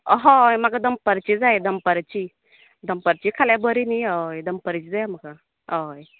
अ हय म्हाक दनपारची जाय दनपारची दनपारची खाल्यार बरी नी हय दनपारची जाय म्हाका हय